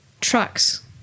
Trucks